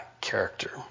character